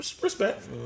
Respect